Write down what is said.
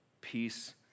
Peace